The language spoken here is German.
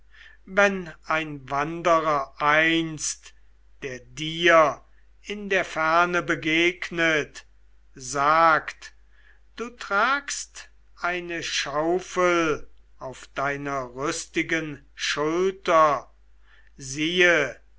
wenn ein wanderer einst der dir in der fremde begegnet sagt du tragst eine schaufel auf deiner rüstigen schulter siehe